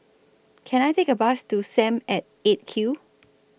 Can I Take A Bus to SAM At eight Q